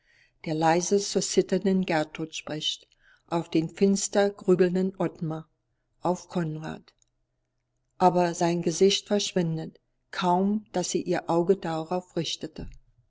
der leise zur zitternden gertrud spricht auf den finster grübelnden ottmar auf konrad aber sein gesicht verschwindet kaum daß sie ihr auge darauf richtete